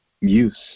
use